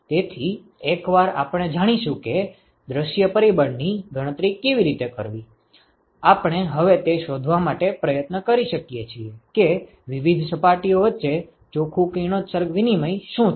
તેથી એકવાર આપણે જાણીશું કે દૃશ્ય પરિબળ ની ગણતરી કેવી રીતે કરવી આપણે હવે તે શોધવા માટે પ્રયત્ન કરી શકીએ છીએ કે વિવિધ સપાટીઓ વચ્ચે ચોખ્ખું કિરણોત્સર્ગ વિનિમય શું છે